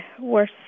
worse